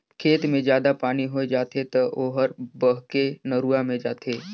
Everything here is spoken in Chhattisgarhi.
खेत मे जादा पानी होय जाथे त ओहर बहके नरूवा मे जाथे